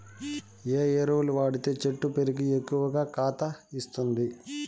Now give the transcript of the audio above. ఏ ఎరువులు వాడితే చెట్టు పెరిగి ఎక్కువగా కాత ఇస్తుంది?